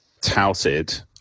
touted